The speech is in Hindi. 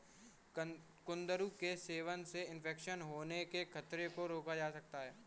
कुंदरू के सेवन से इन्फेक्शन होने के खतरे को रोका जा सकता है